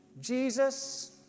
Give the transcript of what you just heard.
Jesus